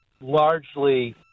largely